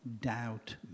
Doubt